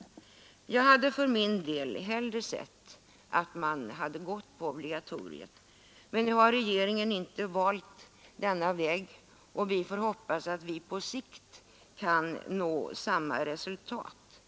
Jag hade för min del hellre sett att man gått på obligatoriet. Men nu har regeringen inte valt denna väg, och vi får hoppas att vi på sikt kan nå samma resultat ändå.